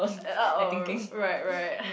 ya oh right right